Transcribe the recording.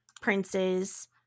princes